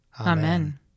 Amen